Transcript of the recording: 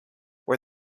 were